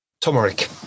turmeric